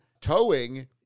towing